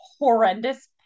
horrendous